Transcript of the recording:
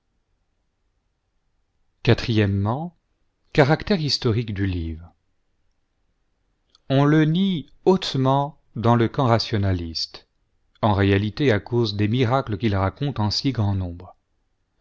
g caractère historique du livre on le nie hautement dans le camp rationaliste en réalité à cause des miracles qu'il raconte en si grand nombre